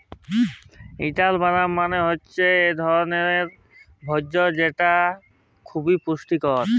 pile বাদাম মালে হৈচ্যে ইকট ধরলের ভোজ্য যেটা খবি পুষ্টিকর